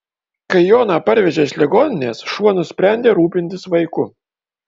kai joną parvežė iš ligoninės šuo nusprendė rūpintis vaiku